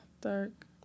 dark